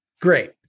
Great